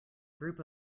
group